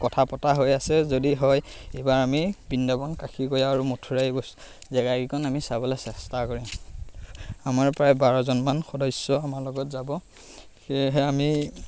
কথা পতা হৈ আছে যদি হয় এইবাৰ আমি বৃন্দাবন কাশী গঁয়া আৰু মথুৰা এই জেগাকেইকণ আমি চাবলৈ চেষ্টা কৰিম আমাৰ প্ৰায় বাৰজনমান সদস্য আমাৰ লগত যাব সেয়েহে আমি